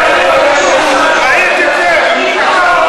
אילן,